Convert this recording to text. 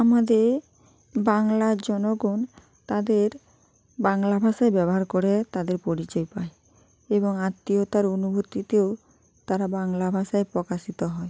আমাদের বাংলার জনগণ তাদের বাংলা ভাষায় ব্যবহার করে তাদের পরিচয় পায় এবং আত্মীয়তার অনুভূতিতেও তারা বাংলা ভাষায় পকাশিত হয়